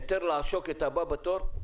היתר לעשוק את הבא בתור?